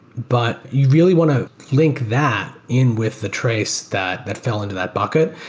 but you really want to link that in with the trace that that fell into that bucket.